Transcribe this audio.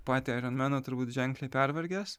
patį aironmeną turbūt ženkliai pervargęs